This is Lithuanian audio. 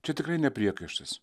čia tikrai ne priekaištas